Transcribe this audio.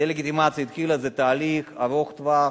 הדה-לגיטימציה התחילה, זה תהליך ארוך-טווח.